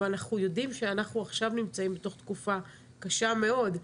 אנחנו יודעים שאנחנו נמצאים בתוך תקופה קשה מאוד.